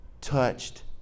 touched